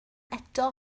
eto